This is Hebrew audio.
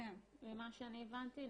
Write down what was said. ממה שאני הבנתי,